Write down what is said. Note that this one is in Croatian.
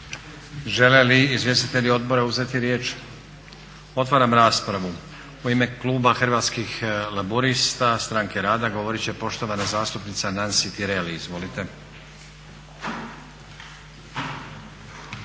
Žele li izvjestitelji odbora uzeti riječ? Otvaram raspravu. U ime Kluba Hrvatskih laburista-Stranke rada govorit će poštovana zastupnica Nansi Tireli. Izvolite.